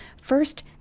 First